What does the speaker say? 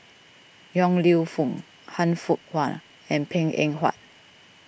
Yong Lew Foong Han Fook Kwang and Png Eng Huat